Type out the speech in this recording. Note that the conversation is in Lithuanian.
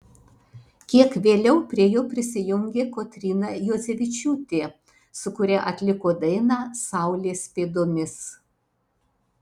kiek vėliau prie jo prisijungė kotryna juodzevičiūtė su kuria atliko dainą saulės pėdomis